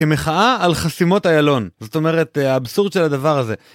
כמחאה על חסימות איילון, זאת אומרת האבסורד של הדבר הזה.